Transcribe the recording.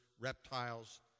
reptiles